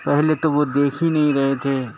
پہلے تو وہ دیکھ ہی نہیں رہے تھے